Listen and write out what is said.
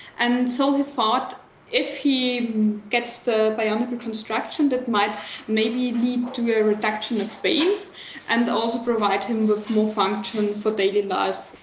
and so he thought if he gets the bionic reconstruction, that might maybe lead to a reduction of pain and also provide him with more function for daily life.